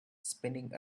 spinning